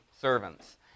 servants